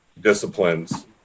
disciplines